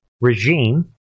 regime